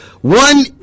one